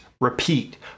repeat